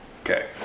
Okay